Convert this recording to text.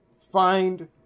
find